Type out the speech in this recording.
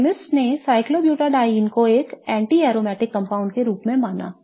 तो chemists ने cyclobutadiene को एक anti aromatic compound के रूप में माना